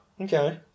Okay